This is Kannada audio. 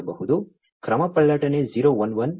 ಕ್ರಮಪಲ್ಲಟನೆ 011 ಇಲ್ಲಿ ಇದು 011 ಆಗಿದೆ